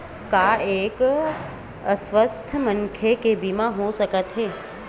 का एक अस्वस्थ मनखे के बीमा हो सकथे?